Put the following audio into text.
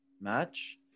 match